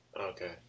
Okay